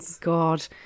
god